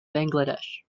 bangladesh